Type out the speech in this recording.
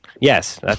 Yes